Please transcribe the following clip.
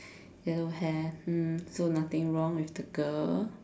yellow hair mm so nothing wrong with the girl